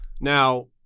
Now